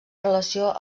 relació